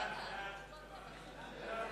הודעת